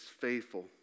faithful